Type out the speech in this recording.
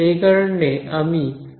সেই কারণে আমি এন এখানে নির্দিষ্ট করেছি